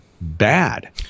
Bad